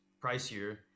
pricier